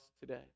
today